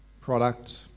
product